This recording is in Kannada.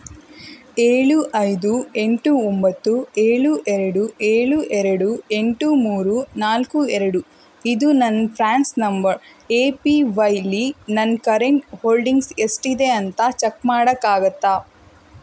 ಏಳು ಐದು ಎಂಟು ಒಂಬತ್ತು ಏಳು ಎರಡು ಏಳು ಎರಡು ಎಂಟು ಮೂರು ನಾಲ್ಕು ಎರಡು ಇದು ನನ್ನ ಫ್ರಾನ್ಸ್ ನಂಬರ್ ಎ ಪಿ ವೈಲಿ ನನ್ನ ಕರೆಂಟ್ ಹೋಲ್ಡಿಂಗ್ಸ್ ಎಷ್ಟಿದೆ ಅಂತ ಚೆಕ್ ಮಾಡೋಕ್ಕಾಗತ್ತಾ